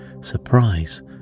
surprise